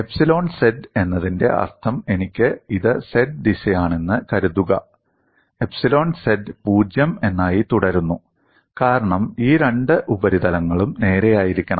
epsilon z എന്നതിന്റെ അർത്ഥം എനിക്ക് ഇത് z ദിശയാണെന്ന് കരുതുക എപ്സിലോൺ z 0 എന്നായി തുടരുന്നു കാരണം ഈ രണ്ട് ഉപരിതലങ്ങളും നേരെയായിരിക്കണം